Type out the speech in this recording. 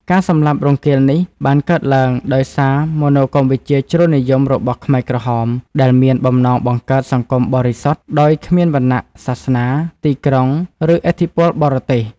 ការសម្លាប់រង្គាលនេះបានកើតឡើងដោយសារមនោគមវិជ្ជាជ្រុលនិយមរបស់ខ្មែរក្រហម ដែលមានបំណងបង្កើត "សង្គមបរិសុទ្ធ" ដោយគ្មានវណ្ណៈ សាសនា ទីក្រុង ឬឥទ្ធិពលបរទេស។